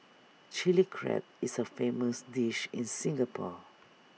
Chilli Crab is A famous dish in Singapore